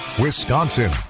wisconsin